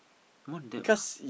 more debt ah